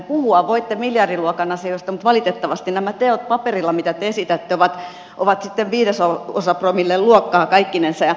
puhua voitte miljardiluokan asioista mutta valitettavasti nämä teot joita te esitätte ovat paperilla sitten viidesosapromillen luokkaa kaikkinensa